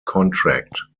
contract